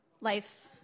Life